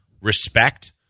respect